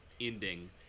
ending